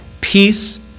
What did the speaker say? peace